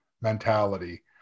mentality